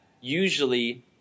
usually